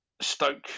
stoke